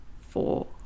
four